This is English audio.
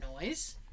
noise